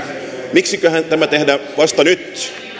miksiköhän tämä tehdään vasta nyt